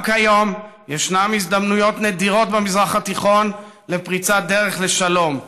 גם כיום ישנן הזדמנויות נדירות במזרח התיכון לפריצת דרך לשלום.